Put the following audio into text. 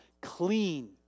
clean